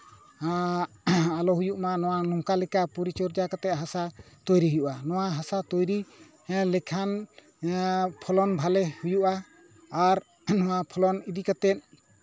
ᱟᱞᱚ ᱦᱩᱭᱩᱜ ᱢᱟ ᱱᱚᱣᱟ ᱱᱚᱝᱠᱟ ᱞᱮᱠᱟ ᱯᱚᱨᱤᱪᱚᱨᱡᱟ ᱠᱟᱛᱮᱫ ᱦᱟᱥᱟ ᱛᱳᱭᱨᱤ ᱦᱩᱭᱩᱜᱼᱟ ᱱᱚᱣᱟ ᱦᱟᱥᱟ ᱛᱳᱭᱨᱤ ᱮᱸ ᱞᱮᱠᱷᱟᱱ ᱯᱷᱚᱞᱚᱱ ᱵᱷᱟᱞᱮ ᱦᱩᱭᱩᱜᱼᱟ ᱟᱨ ᱱᱚᱣᱟ ᱯᱷᱚᱞᱚᱱ ᱤᱫᱤ ᱠᱟᱛᱮᱫ